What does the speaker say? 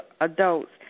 adults